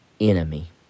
enemy